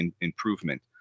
improvement